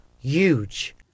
huge